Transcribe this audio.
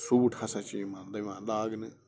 suit ہسا چھِ یِوان دَوان لاگنہٕ